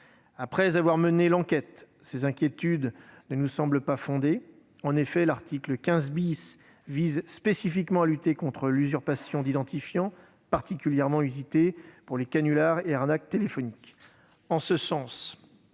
Après avoir mené l'enquête, ces inquiétudes ne nous semblent pas fondées. En effet, l'article 15 vise spécifiquement à lutter contre l'usurpation d'identifiant, particulièrement usitée pour les canulars et arnaques téléphoniques.